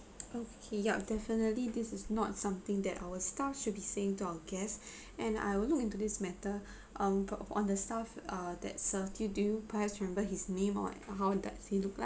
okay yup definitely this is not something that our staff should be saying to our guests and I will look into this matter um got on the stuff uh that served you do you perhaps remember his name or how does he look like